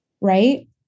Right